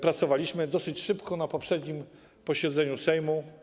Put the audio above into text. Pracowaliśmy dosyć szybko na poprzednim posiedzeniu Sejmu.